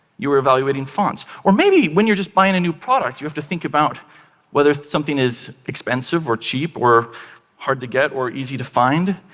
you were evaluating fonts. or maybe when you're just buying a new product, you have to think about whether something is expensive or cheap or hard to get or easy to find.